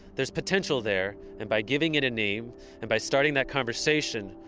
there's potential there. and by giving it a name and by starting that conversation,